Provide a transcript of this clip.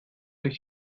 euch